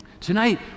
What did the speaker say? Tonight